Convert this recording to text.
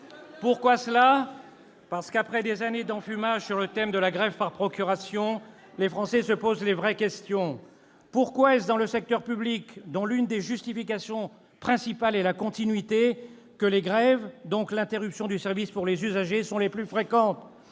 Pourquoi cela ? Parce qu'après des années d'enfumage sur le thème de la grève par procuration, les Français se posent les vraies questions : pourquoi est-ce dans le secteur public, dont l'une des justifications principales est la continuité, que les grèves, donc l'interruption du service pour les usagers, sont les plus fréquentes ?